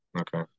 Okay